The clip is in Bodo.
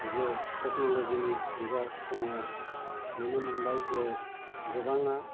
जे टेक्न'लजि नि जुगाव जोङो नुनो मोनबाय जे गोबाङा